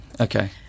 Okay